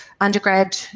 undergrad